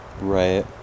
Right